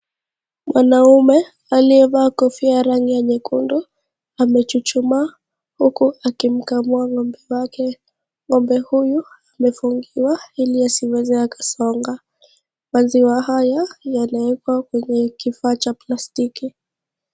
Mwanaume aliyevaa kofia ya rangi ya nyekundu amechuchumaa huku akimkamua ng'ombe wake. Ng'ombe huyu amefungiwa ili asiweze akasonga. Maziwa haya yanawekwa kwenye kifaa cha plastiki.